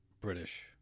British